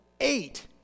eight